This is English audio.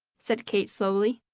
said kate slowly.